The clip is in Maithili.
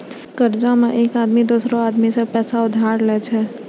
कर्जा मे एक आदमी दोसरो आदमी सं पैसा उधार लेय छै